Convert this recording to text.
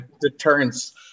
deterrence